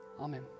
Amen